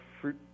fruit